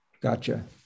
Gotcha